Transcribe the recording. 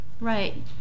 Right